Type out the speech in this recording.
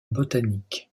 botanique